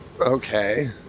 okay